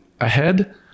ahead